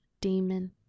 demon